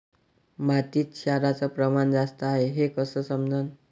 मातीत क्षाराचं प्रमान जास्त हाये हे कस समजन?